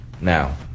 Now